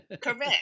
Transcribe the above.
Correct